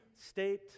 state